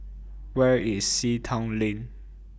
Where IS Sea Town Lane